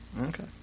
Okay